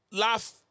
laugh